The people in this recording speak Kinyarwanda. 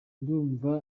ndumva